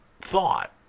thought